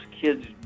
kids